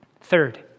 Third